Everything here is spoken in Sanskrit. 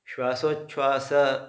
श्वासोछ्वासः